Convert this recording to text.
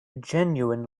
genuine